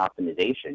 optimization